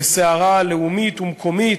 לסערה לאומית ומקומית,